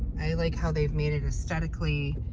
i like how they've made it aesthetically